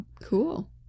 cool